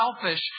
selfish